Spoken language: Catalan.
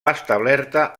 establerta